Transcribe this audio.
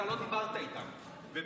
דיברתי עכשיו עם